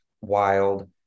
Wild